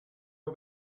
are